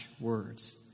words